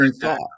thought